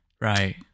Right